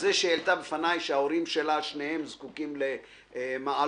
שהעלתה בפניי שההורים שלה שניהם זקוקים למעלון,